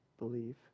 believe